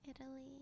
Italy